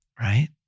right